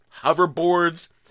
hoverboards